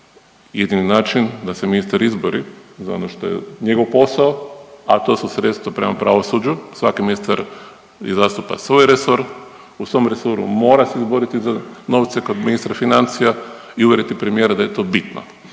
jedini način da se ministar izbori za ono što je njegov posao, a to su sredstva prema pravosuđu, svaki ministar je zastupa svoj resor, u svom resoru mora se izboriti za novce kod ministra financija i uvjeriti premijera da je to bitno